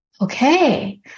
okay